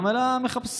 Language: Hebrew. לאום,